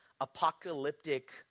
apocalyptic